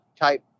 type